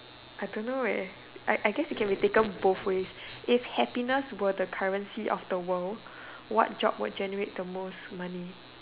I don't know I I guess it can be taken both ways if happiness were the currency of the world what job would generate the most money